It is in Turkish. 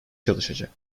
çalışacak